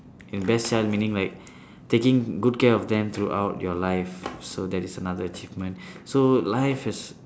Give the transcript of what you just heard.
best child meaning like taking good care of them throughout your life so that is another achievement so life is